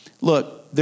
Look